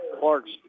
Clark's